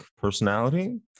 personality